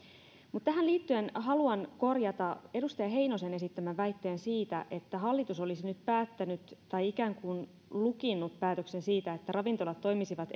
tähän liittyen haluan korjata edustaja heinosen esittämän väitteen siitä että hallitus olisi nyt päättänyt tai ikään kuin lukinnut päätöksen siitä että ravintolat toimisivat